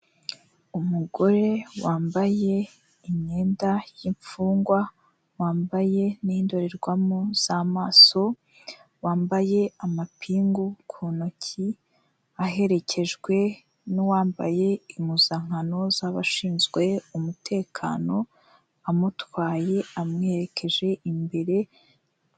Umugore wambaye imyenda y'imfungwa, wambaye n'indorerwamo z'amaso, wambaye amapingu ku ntoki, aherekejwe n'uwambaye impuzankano z'abashinzwe umutekano, amutwaye amwerekeje imbere.